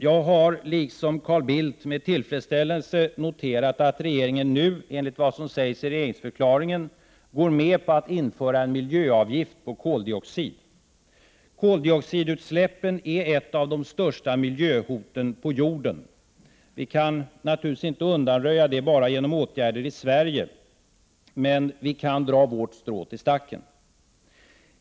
Jag har liksom Carl Bildt med tillfredsställelse noterat att regeringen nu, enligt vad som sägs i regeringsförklaringen, går med på att införa en miljöavgift på koldioxid. Koldioxidutsläppen är ett av de största miljöhoten på jorden. Vi kan naturligtvis inte undanröja det bara genom åtgärder i Sverige, men vi kan dra vårt strå till stacken.